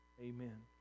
Amen